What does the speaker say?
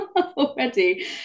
already